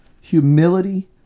humility